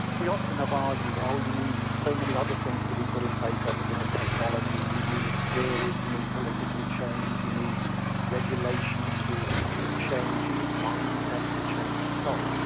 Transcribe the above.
we often have argued oh, you need so many other things to be put in place other than a technology. you need skills, you need political change, you need regulations to change, you need mindsets to change, and so on.